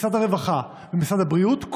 משרד הרווחה ומשרד הבריאות,